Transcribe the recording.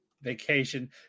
vacation